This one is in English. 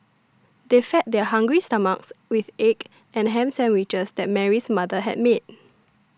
they fed their hungry stomachs with the egg and ham sandwiches that Mary's mother had made